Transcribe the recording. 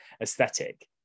aesthetic